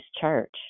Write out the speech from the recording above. church